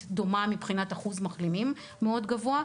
דומה מבחינת אחוז מחלימים מאוד גבוה.